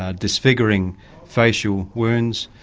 ah disfiguring facial wounds.